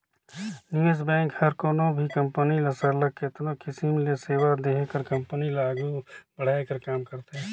निवेस बेंक हर कोनो भी कंपनी ल सरलग केतनो किसिम ले सेवा देहे कर कंपनी ल आघु बढ़ाए कर काम करथे